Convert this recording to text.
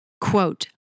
Quote